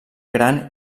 gran